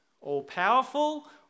all-powerful